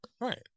Right